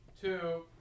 two